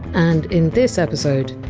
and in this episode,